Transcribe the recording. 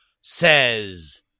says